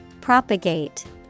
Propagate